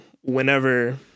whenever